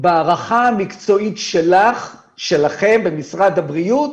בהערכה המקצועית שלך, שלכם במשרד הבריאות,